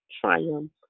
triumph